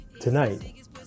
Tonight